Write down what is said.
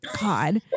God